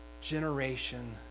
generation